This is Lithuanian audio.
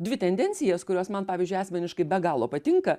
dvi tendencijas kurios man pavyzdžiui asmeniškai be galo patinka